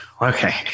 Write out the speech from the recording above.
Okay